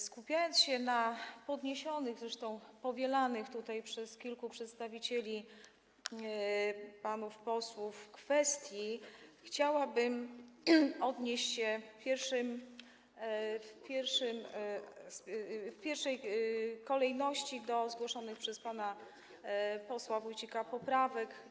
Skupiając się na podniesionych, zresztą powielanych tutaj przez kilku przedstawicieli, panów posłów, kwestiach, chciałabym odnieść się w pierwszej kolejności do zgłoszonych przez pana posła Wójcika poprawek.